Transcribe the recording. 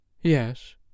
Yes